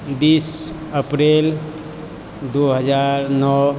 बीस अप्रैल दू हजार नओ